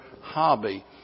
hobby